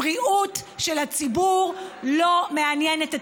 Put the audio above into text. הבריאות של הציבור לא מעניינת אתכם.